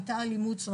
הייתה אלימות,